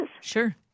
Sure